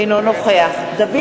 אינו נוכח דוד